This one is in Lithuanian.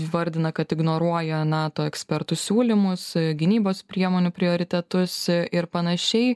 įvardina kad ignoruoja nato ekspertų siūlymus gynybos priemonių prioritetus ir panašiai